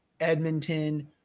Edmonton